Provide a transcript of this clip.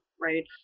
right